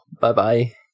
Bye-bye